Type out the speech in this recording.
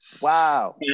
Wow